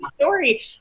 story